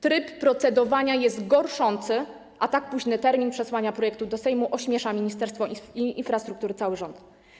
Tryb procedowania jest gorszący, a tak późny termin przesłania projektu ośmiesza Ministerstwo Infrastruktury i cały rząd.